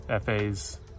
FAs